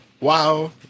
Wow